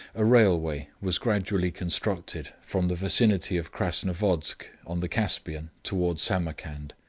a railway was gradually constructed from the vicinity of kras-novodsk, on the caspian, towards samarcand.